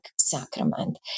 sacrament